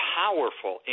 powerful